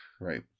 right